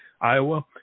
Iowa